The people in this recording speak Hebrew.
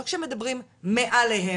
לא כשמדברים מעליהם,